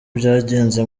byagenze